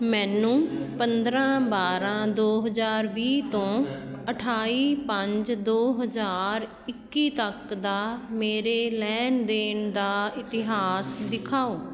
ਮੈਨੂੰ ਪੰਦਰਾਂ ਬਾਰਾਂ ਦੋ ਹਜ਼ਾਰ ਵੀਹ ਤੋਂ ਅਠਾਈ ਪੰਜ ਦੋ ਹਜ਼ਾਰ ਇੱਕੀ ਤੱਕ ਦਾ ਮੇਰੇ ਲੈਣ ਦੇਣ ਦਾ ਇਤਿਹਾਸ ਦਿਖਾਓ